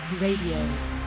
Radio